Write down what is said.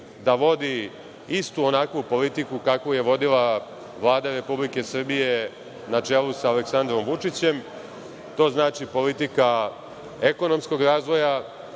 da vodi istu onakvu politiku kakvu je vodila Vlada Republike Srbije na čelu sa Aleksandrom Vučićem. To znači politika ekonomskog razvoja,